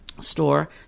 store